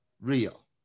real